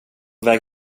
väg